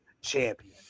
Champion